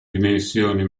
dimensioni